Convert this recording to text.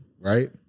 right